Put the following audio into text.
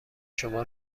شما